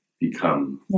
become